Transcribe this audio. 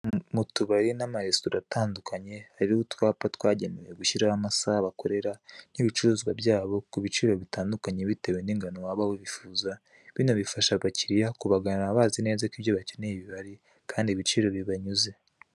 Mu tubari n'amaresitora atandukanye hariyo utwapa twagenewe gushyiraho amasaha bakorera n'ibicuruzwa byabo ku biciro bitandukanye bitewe n'ingano waba wifuza, bino bifasha abakiriya kubagana bazi neza ko ibyo bakeneye bihari kandi ibiciro bibanyuze.